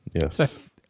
Yes